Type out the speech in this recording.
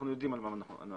אנחנו יודעים על מה אני מדבר.